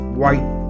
white